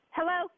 Hello